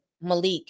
Malik